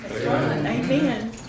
Amen